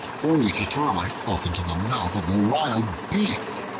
only to throw myself into the mouth of a wild beast?